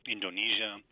Indonesia